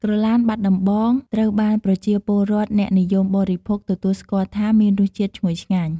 ក្រឡានបាត់ដំបង ត្រូវបានប្រជាពលរដ្ឋអ្នកនិយមបរិភោគទទួលស្គាល់ថា មានរសជាតិឈ្ងុយឆ្ងាញ់។